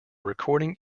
recording